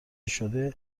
شده